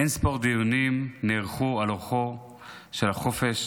אין-ספור דיונים נערכו על אורכו של החופש,